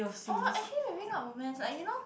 orh actually maybe not romance lah you know